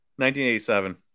1987